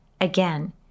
Again